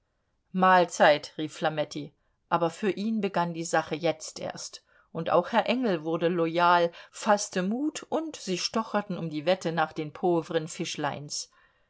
mahlzeit rief flametti aber für ihn begann die sache jetzt erst und auch herr engel wurde loyal faßte mut und sie stocherten um die wette nach den pauvren